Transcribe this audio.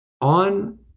on